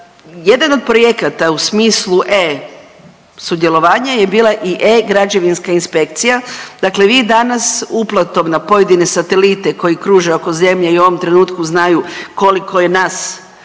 Jedan od projekata u smislu e-sudjelovanja je bila i e-građevinska inspekcija. Dakle vi danas uplatom na pojedine satelite koji kruže oko zemlje i u ovom trenutku znaju koliko je nas